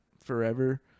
forever